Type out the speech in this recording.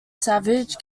savage